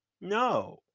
No